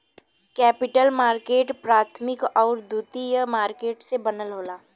capital market प्राथमिक आउर द्वितीयक मार्केट से बनल होला